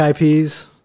IPs